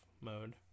mode